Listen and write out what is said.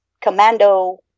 Commando